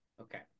Okay